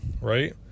right